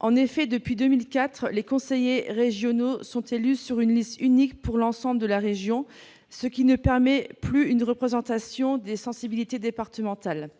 En effet, depuis 2004, les conseillers régionaux sont élus sur une liste unique pour l'ensemble de la région, ce qui ne permet plus une représentation des sensibilités départementales.